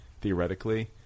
theoretically